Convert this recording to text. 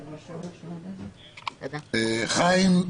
חיים,